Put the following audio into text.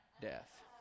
death